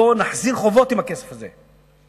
בוא נחזיר חובות עם הכסף הזה,